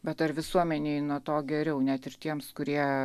bet ar visuomenei nuo to geriau net ir tiems kurie